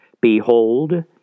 Behold